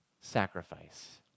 sacrifice